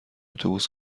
اتوبوس